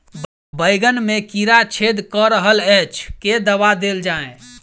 बैंगन मे कीड़ा छेद कऽ रहल एछ केँ दवा देल जाएँ?